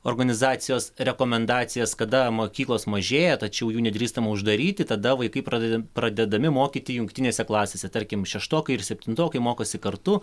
organizacijos rekomendacijas kada mokyklos mažėja tačiau jų nedrįstama uždaryti tada vaikai pradeda pradedami mokyti jungtinėse klasėse tarkim šeštokai ir septintokai mokosi kartu